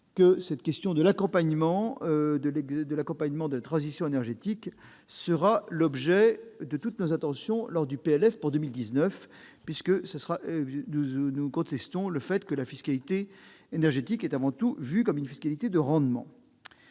que la question de l'accompagnement de la transition énergétique sera l'objet de toutes nos attentions lors du PLF 2019. Pour notre part, nous contestons le fait que la fiscalité énergétique soit avant tout considérée comme une fiscalité de rendement.